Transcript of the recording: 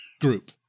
group